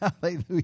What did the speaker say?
Hallelujah